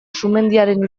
sumendiaren